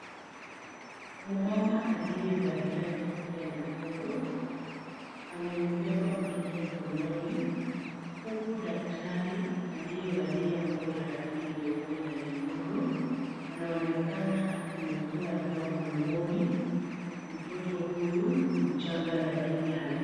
Mama aliyevalia kofia nyekundu amembeba mtoto mkononi huku daktari aliyevalia nguo ya rangi nyeupe na nyekundu anaonekana akimwekea dawa mdomoni mtoto huyu mchanga lakini halii.